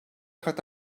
kat